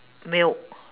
milk